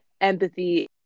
empathy